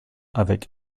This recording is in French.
avec